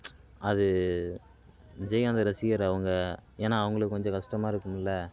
அது விஜயகாந்து ரசிகர் அவங்க ஏன்னால் அவங்களுக்கு கொஞ்சம் கஷ்டமாக இருக்கும் இல்லை